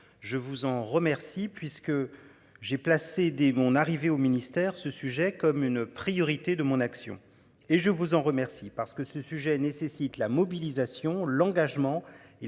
Je vous en remercie puisque j'ai placé dès mon arrivée au ministère ce sujet comme une priorité de mon action et je vous en remercie parce que ce sujet nécessite la mobilisation, l'engagement et la